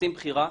רוצים בחירה.